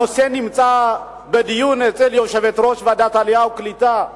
הנושא נמצא בדיון אצל יושבת-ראש ועדת העלייה והקליטה,